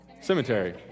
Cemetery